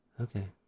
Okay